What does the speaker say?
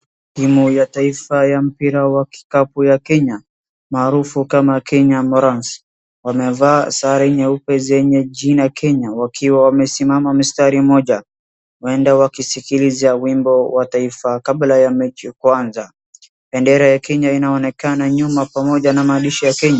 Timu ya taifa ya mpira wa kikapu ya Kenya, maarufu kama Kenya Morans, wamevaa sare nyeupe zenye jina Kenya wakiwa wamesimama msitari mmoja waende wakisikiliza wimbo wa taifa kabla ya mechi kuanza, bendera ya Kenya inaonekana nyuma pamoja na maandishi ya Kenya.